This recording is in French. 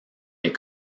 les